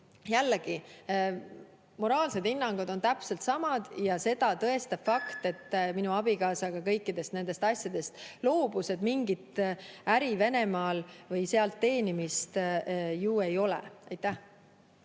Jällegi, moraalsed hinnangud on täpselt samad ja seda tõestab fakt, et minu abikaasa ka kõikidest nendest asjadest loobus, mingit äri Venemaal või sealt teenimist ju ei ole. Aitäh!